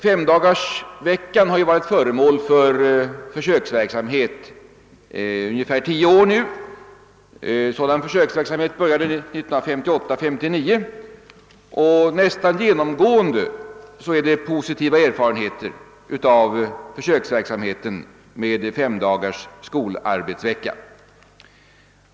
Femdagarsveckan har nu varit föremål för försöksverksamhet under tio år. Denna försöksverksamhet började 1958/ 1959, och nästan genomgående är det positiva erfarenheter av försöksverksamheten.